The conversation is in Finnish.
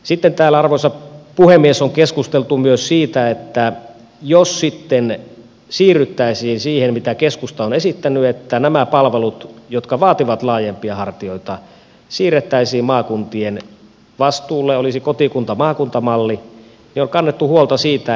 sitten täällä arvoisa puhemies on keskusteltu kannettu huolta myös siitä että jos sitten siirryttäisiin siihen mitä keskusta on esittänyt että nämä palvelut jotka vaativat laajempia hartioita siirrettäisiin maakuntien vastuulle olisi kotikuntamaakunta malli ja kannettu huolta siitä